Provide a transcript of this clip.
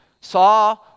saw